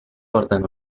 porten